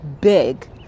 big